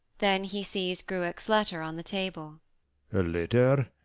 then he sees gruach's letter on the table. a letter?